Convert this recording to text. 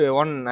one